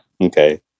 Okay